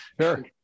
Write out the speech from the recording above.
sure